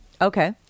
Okay